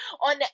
on